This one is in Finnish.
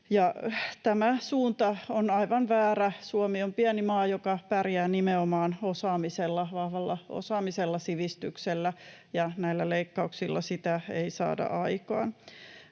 tämä suunta on aivan väärä. Suomi on pieni maa, joka pärjää nimenomaan osaamisella, vahvalla osaamisella, sivistyksellä, ja näillä leikkauksilla sitä ei saada aikaan.